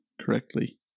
correctly